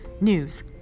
news